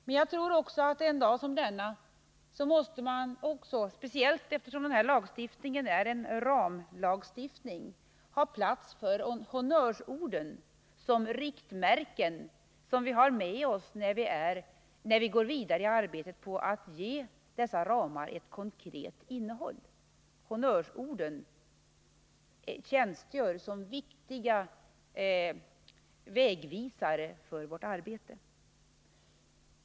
Men en dag som denna tror jag att man, speciellt som den här lagstiftningen är en ramlagstiftning, också måste ha plats för honnörsorden som riktmärken som vi har med oss när vi går vidare i arbetet på att ge dessa ramar ett konkret innehåll. Honnörsorden är viktiga vägvisare för vårt arbete.